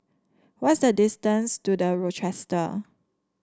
what is the distance to The Rochester